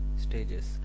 stages